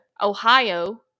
Ohio